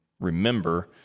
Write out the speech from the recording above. remember